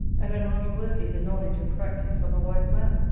and an art worthy the knowledge and practice of a wise man.